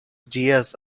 dias